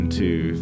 two